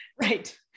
right